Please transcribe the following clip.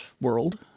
world